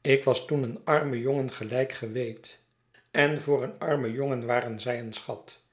ik was toen een arme jongen gelijk ge weet en voor een armen jongen waren zij een schat